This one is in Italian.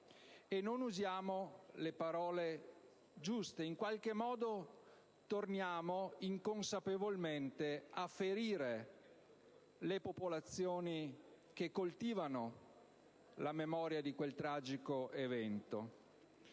e non usiamo le parole giuste: in qualche modo, torniamo inconsapevolmente a ferire le popolazioni che coltivano la memoria di quel tragico evento.